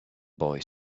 boy